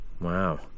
Wow